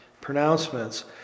pronouncements